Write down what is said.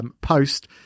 Post